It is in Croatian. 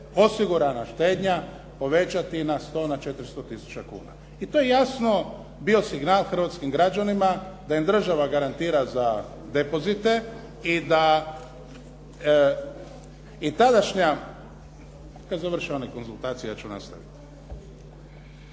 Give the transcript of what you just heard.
osigurana štednja povećati na 100, na 400 tisuća kuna i to je jasno bio signal hrvatskim građanima da im država garantira za depozite i tadašnja, dakle i tada, gospodo iz